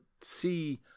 see